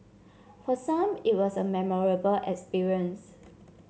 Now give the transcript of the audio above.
for some it was a memorable experience